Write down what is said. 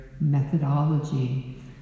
methodology